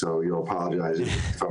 כך שאני מתנצל כמובן אם אני